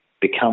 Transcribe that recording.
become